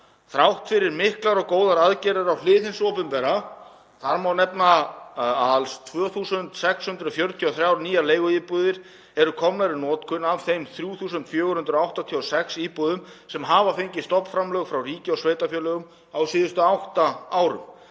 þrátt fyrir miklar og góðar aðgerðir á hlið hins opinbera. Þar má nefna að alls 2.643 nýjar leiguíbúðir eru komnar í notkun af þeim 3.486 íbúðum sem fengið hafa stofnframlög frá ríki og sveitarfélögum á síðustu átta árum.